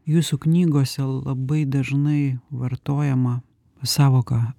jūsų knygose labai dažnai vartojama sąvoka